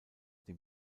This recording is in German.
dem